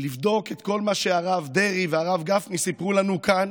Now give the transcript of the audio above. לבדוק את כל מה שהרב דרעי והרב גפני סיפרו לנו כאן